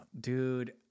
dude